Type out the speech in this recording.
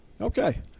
Okay